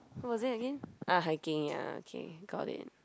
what was it again ah hiking ya okay got it